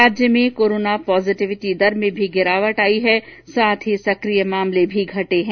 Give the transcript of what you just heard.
राज्य में corona positivity दर में भी गिरावट आई है साथ ही सकिय मामले भी घटे हैं